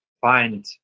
find